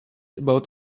about